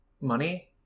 money